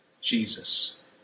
Jesus